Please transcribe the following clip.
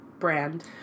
brand